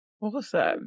Awesome